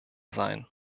sein